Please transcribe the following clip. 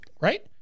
right